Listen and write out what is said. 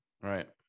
Right